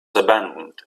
abandoned